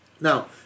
Now